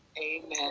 Amen